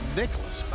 nicholas